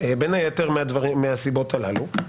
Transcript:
בין היתר מהסיבות הללו.